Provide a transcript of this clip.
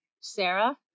Sarah